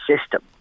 system